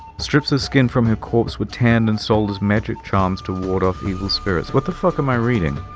strips of skin from her corpse were tanned and sold as magic charms to ward off evil spirits. what the fuck am i reading?